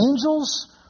angels